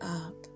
up